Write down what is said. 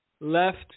left